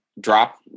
drop